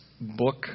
book